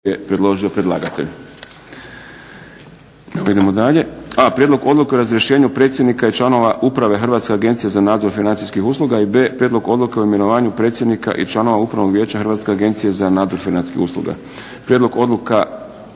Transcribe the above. idemo dalje. - a)Prijedlog odluke o razrješenju predsjednika i članova Uprave Hrvatske agencije za nadzor financijskih usluga. - b)Prijedlog odluke o imenovanju predsjednika i članova Upravnog vijeća Hrvatske agencije za nadzor financijskih usluga. Predlagatelj: